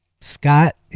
Scott